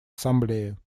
ассамблеи